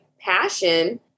passion